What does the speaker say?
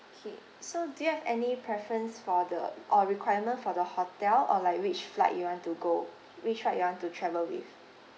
K so do you have any preference for the or requirement for the hotel or like which flight you want to go which flight you want to travel with